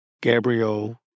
Gabrielle